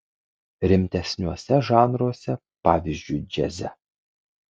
rimtesniuose žanruose pavyzdžiui džiaze